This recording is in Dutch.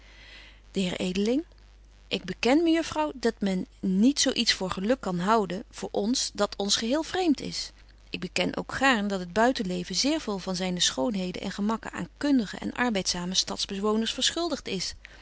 heer edeling ik beken mejuffrouw dat men niet zo iets voor geluk kan houden voor ons dat ons geheel vreemt is ik beken ook gaarn dat het buitenleven zeer veel van zyne schoonheden en gemakken aan kundige en arbeidzame stadsbewoners verschuldigt is